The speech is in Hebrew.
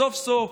סוף-סוף